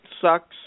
sucks